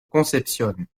concepción